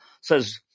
says